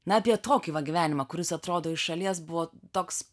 na apie tokį va gyvenimą kuris atrodo iš šalies buvo toks